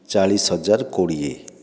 ଚାଳିଶି ହଜାର କୋଡ଼ିଏ